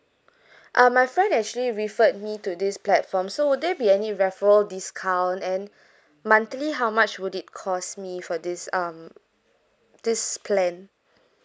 ah my friend actually referred me to this platform so would there be any referral discounts and monthly how much would it cost me for this um this plan